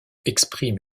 exprime